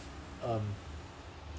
um